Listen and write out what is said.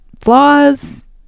flaws